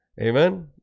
Amen